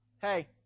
hey